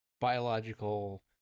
biological